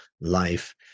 life